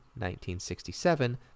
1967